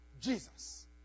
Jesus